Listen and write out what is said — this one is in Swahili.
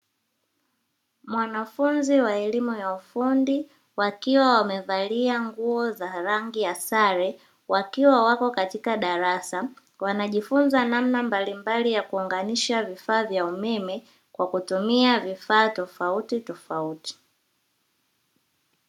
Wanafunzi wa elimu ya ufundi wakiwa wamevalia nguo za rangi ya sare, wakiwa wapo katika darasa, wanajifunza namna mbalimbali ya kuunganisha vifaa vya umeme, kwa kutumia vifaa tofauttofauti.